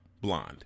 Blonde